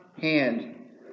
hand